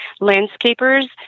landscapers